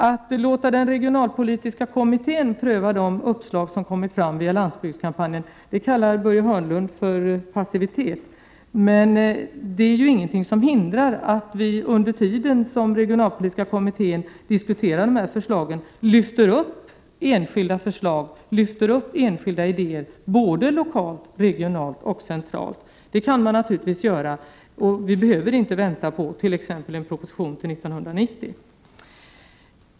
Att låta den regionalpolitiska kommittén pröva de uppslag som kommit fram via landsbygdskampanjen kallar Börje Hörnlund för passivitet. Men det är ju ingenting som hindrar att vi under tiden som regionalpolitiska kommittén diskuterar de här förslagen lyfter upp enskilda förslag och idéer både lokalt, regionalt och centralt. Det kan man naturligtvis göra, och vi behöver inte vänta till 1990 på t.ex. en proposition.